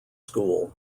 school